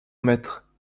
maître